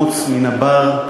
המוץ מן הבר.